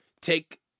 take